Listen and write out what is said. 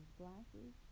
glasses